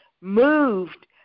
moved